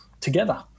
together